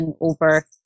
over